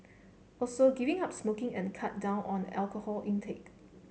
also giving up smoking and cut down on the alcohol intake